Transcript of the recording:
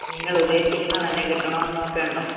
നിങ്ങൾ ഉദ്ദേശിക്കുന്നത് തന്നെ കിട്ടണമെന്ന് ഒക്കെ ഉണ്ടോ